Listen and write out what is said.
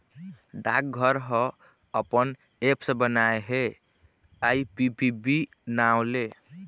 डाकघर ह अपन ऐप्स बनाए हे आई.पी.पी.बी नांव ले